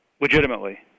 Legitimately